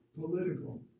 political